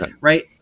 right